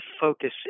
focus